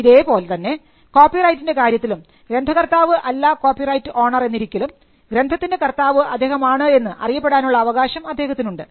ഇതേപോലെ തന്നെ കോപ്പിറൈറ്റിൻറെ കാര്യത്തിലും ഗ്രന്ഥകർത്താവ് അല്ല കോപ്പിറൈറ്റ് ഓണർ എന്നിരിക്കലും ഗ്രന്ഥത്തിൻറെ കർത്താവ് അദ്ദേഹമാണ് എന്ന് അറിയപ്പെടാനുള്ള അവകാശം അദ്ദേഹത്തിനുണ്ട്